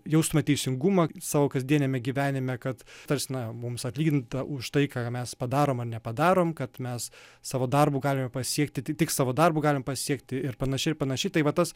jaustume teisingumą savo kasdieniame gyvenime kad tarsi na mums atlyginta už tai ką mes padarom ar nepadarome kad mes savo darbu galime pasiekti tik savo darbu galim pasiekti ir panašiai ir panašiai tai va tas